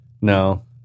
No